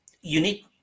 unique